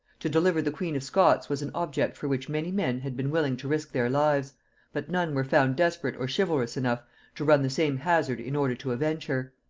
to deliver the queen of scots was an object for which many men had been willing to risk their lives but none were found desperate or chivalrous enough to run the same hazard in order to avenge her.